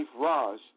Raj